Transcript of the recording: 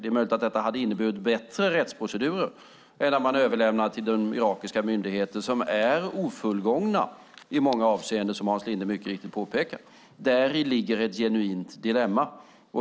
Det är möjligt att detta hade inneburit bättre rättsprocedurer än när man överlämnade dem till de irakiska myndigheterna, som är ofullgångna i många avseenden, som Hans Linde mycket riktigt påpekar. Däri ligger ett genuint dilemma.